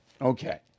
Okay